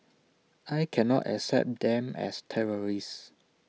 I cannot accept them as terrorists